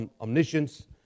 omniscience